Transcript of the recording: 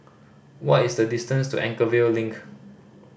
what is the distance to Anchorvale Link